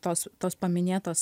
tos tos paminėtos